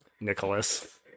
Nicholas